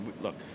Look